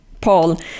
Paul